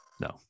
No